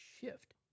shift